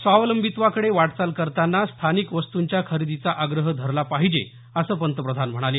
स्वावलंबित्वाकडे वाटचाल करताना स्थानिक वस्तूंच्या खरेदीचा आग्रह धरला पाहिजे असं पंतप्रधान म्हणाले